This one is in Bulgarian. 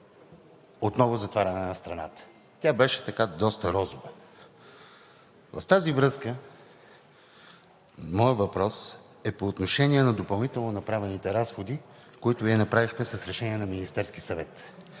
отново затваряне на страната – тя беше доста розова. В тази връзка моят въпрос е по отношение на допълнително направените разходи, които Вие направихте, с решение на Министерския съвет.